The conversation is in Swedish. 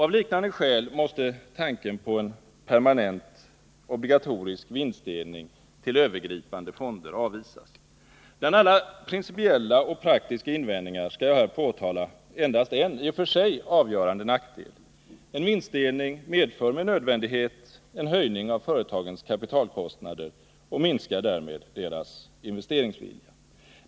Av liknande skäl måste tanken på en permanent obligatorisk vinstdelning till övergripande fonder avvisas. Bland alla principiella och praktiska invändningar skall jag här påtala endast en i och för sig avgörande nackdel: en vinstdelning medför med nödvändighet en höjning av företagens kapitalkostnader och minskar därmed deras investeringsvilja, vilket är raka motsatsen till vad som sagts vara avsikten.